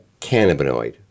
cannabinoid